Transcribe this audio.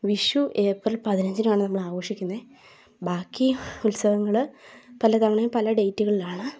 Vishu April പതിനഞ്ചിനുമാണ് നമ്മൾ ആഘോഷിക്കുന്നത് ബാക്കി ഉത്സവങ്ങൾ പല തവണയും പല ഡേറ്റുകളിലാണ്